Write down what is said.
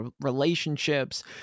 relationships